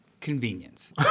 convenience